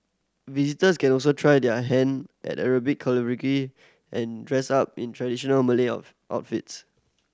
visitors can also try their hand at Arabic calligraphy and dress up in traditional Malay of outfits